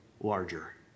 larger